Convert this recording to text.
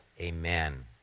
amen